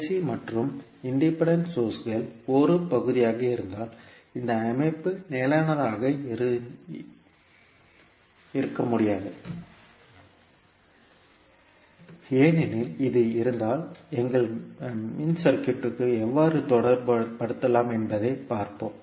RLC மற்றும் சுயாதீன சோர்ஸ்கள் சர்க்யூட்க்கு ஒரு பகுதியாக இருந்தால் இந்த அமைப்பு நிலையானதாக இருக்க முடியாது நிலையற்றதாக இருக்க முடியாது ஏனெனில் இது இருந்தால் எங்கள் மின்சுற்றுகளுடன் எவ்வாறு தொடர்புபடுத்தலாம் என்பதைப் பார்ப்போம்